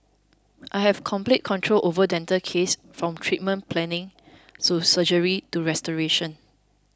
I have complete control over dental cases from treatment planning to surgery to restoration